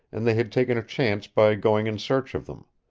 and they had taken a chance by going in search of them.